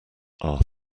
are